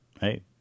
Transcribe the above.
hey